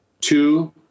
Two